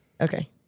Okay